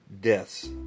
deaths